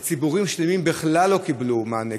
אבל ציבורים שלמים בכלל לא קיבלו מענה,